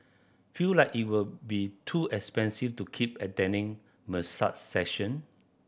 feel like it will be too expensive to keep attending massage session